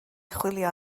chwilio